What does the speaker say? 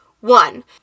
One